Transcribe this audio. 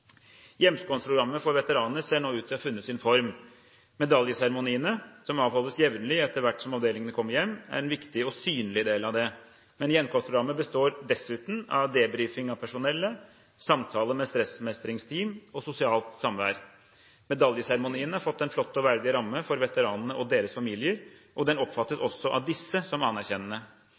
for veteranene ser nå ut til å ha funnet sin form. Medaljeseremoniene som avholdes jevnlig etter hvert som avdelingene kommer hjem, er en viktig og synlig del av det. Hjemkomstprogrammet består dessuten av debriefing av personellet, samtale med stressmestringsteam og sosialt samvær. Medaljeseremoniene har fått en flott og verdig ramme for veteranene og deres familier, og den oppfattes også av disse som anerkjennende.